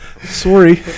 Sorry